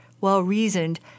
well-reasoned